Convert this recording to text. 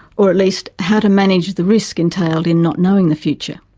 or at least how to manage the risk entailed in not knowing the future.